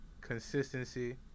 Consistency